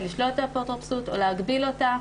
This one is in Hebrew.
לשלול את האפוטרופסות או להגביל אותה.